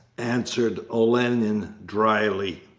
answered olenin dryly.